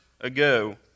ago